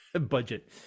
budget